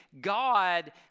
God